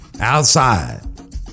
Outside